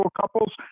couples